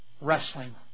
wrestling